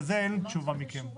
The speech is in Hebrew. על זה אין לי תשובה מכם.